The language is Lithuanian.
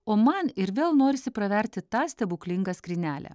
o man ir vėl norisi praverti tą stebuklingą skrynelę